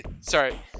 Sorry